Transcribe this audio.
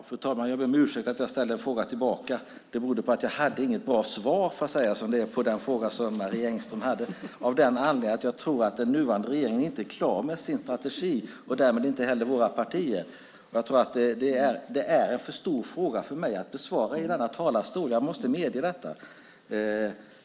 Fru talman! Jag ber om ursäkt för att jag ställde en fråga. Det berodde på att jag inte hade något bra svar på Marie Engströms fråga. Anledningen är att jag inte tror att den nuvarande regeringen är klar med sin strategi och därmed inte heller våra partier. Jag måste medge att detta är en för stor fråga för mig att besvara i denna talarstol.